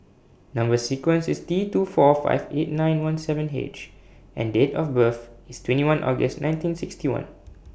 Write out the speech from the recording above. Number sequence IS T two four five eight nine one seven H and Date of birth IS twenty one August nineteen sixty one